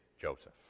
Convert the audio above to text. Joseph